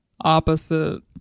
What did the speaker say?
opposite